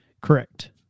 Correct